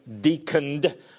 deaconed